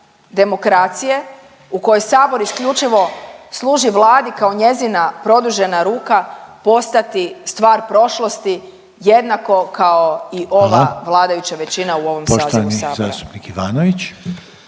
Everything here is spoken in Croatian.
demokracije u kojoj sabor isključivo služi Vladi kao njezina produžena ruka postati stvar prošlosti jednako kao i ova …/Upadica Željko Reiner: